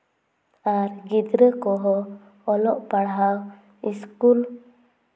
ᱟᱨ ᱜᱤᱫᱽᱨᱟᱹ ᱠᱚᱦᱚᱸ ᱚᱞᱚᱜ ᱯᱟᱲᱦᱟᱣ ᱥᱠᱩᱞ